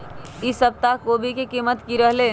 ई सप्ताह कोवी के कीमत की रहलै?